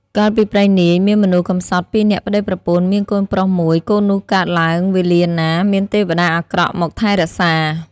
កាលពីព្រេងនាយ មានមនុស្សកំសត់ពីរនាក់ប្តីប្រពន្ធ មានកូនប្រុសមួយ កូននោះកើតឡើងវេលាណា មានទេវតាអាក្រក់មកថែរក្សា ។